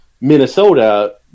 Minnesota